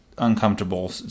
Uncomfortable